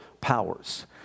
powers